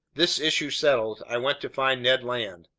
this issue settled, i went to find ned land.